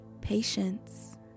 patience